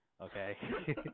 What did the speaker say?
okay